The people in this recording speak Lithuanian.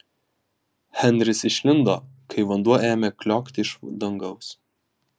henris išlindo kai vanduo ėmė kliokti iš dangaus